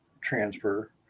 transfer